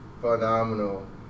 Phenomenal